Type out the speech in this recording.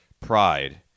Pride